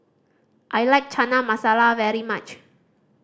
I like Chana Masala very much